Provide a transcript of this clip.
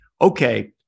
okay